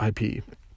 IP